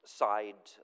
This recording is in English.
side